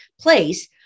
place